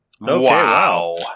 Wow